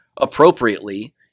appropriately